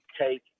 take